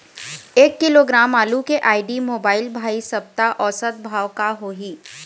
एक किलोग्राम आलू के आईडी, मोबाइल, भाई सप्ता औसत भाव का होही?